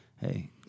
hey